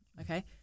Okay